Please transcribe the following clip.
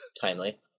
timely